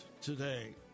today